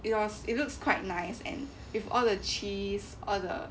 it was it looks quite nice and with all the cheese all the